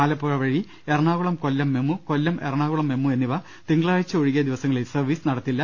ആലപ്പുഴ വഴി Ernakulam Kollam MEMU Kollam Ernakulam MEMU എന്നിവ തിങ്കളാഴ്ച ഒഴികെ ദിവസങ്ങളിൽ സർവീസ് നടത്തില്ല